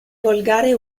volgare